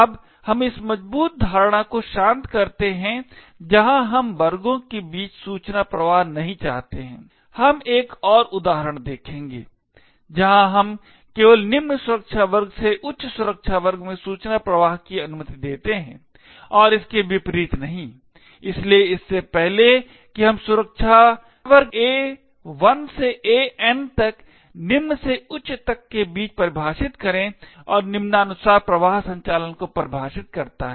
अब हम इस मजबूत धारणा को शांत करते हैं जहाँ हम वर्गों के बीच सूचना प्रवाह नहीं चाहते हैं हम एक और उदाहरण देखेंगे जहाँ हम केवल निम्न सुरक्षा वर्ग से उच्च सुरक्षा वर्ग में सूचना प्रवाह की अनुमति देते हैं और इसके विपरीत नहीं इसलिए इससे पहले कि हम सुरक्षा कक्षा A1 से AN तक निम्न से उच्च तक के बीच परिभाषित करें और निम्नानुसार प्रवाह संचालन को परिभाषित करता है